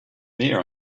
there